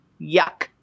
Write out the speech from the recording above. yuck